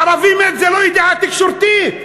ערבי מת זה לא ידיעה תקשורתית.